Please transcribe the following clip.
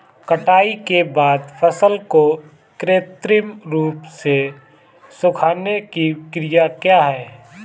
कटाई के बाद फसल को कृत्रिम रूप से सुखाने की क्रिया क्या है?